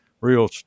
real